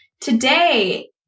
Today